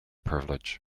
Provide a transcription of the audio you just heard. privilege